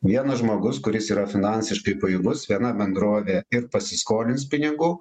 vienas žmogus kuris yra finansiškai pajėgus viena bendrovė ir pasiskolins pinigų